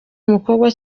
umukobwa